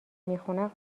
میخونن